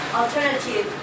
alternative